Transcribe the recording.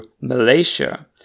Malaysia